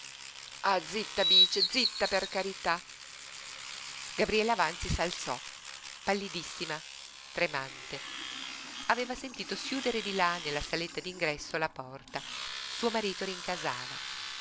ah zitta bice zitta per carità gabriella vanzi s'alzò pallidissima tremante aveva sentito schiudere di là nella saletta d'ingresso la porta suo marito rincasava